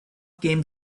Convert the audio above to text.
game